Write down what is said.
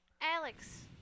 Alex